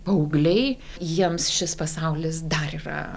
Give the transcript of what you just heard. paaugliai jiems šis pasaulis dar yra